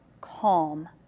calm